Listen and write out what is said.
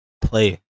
play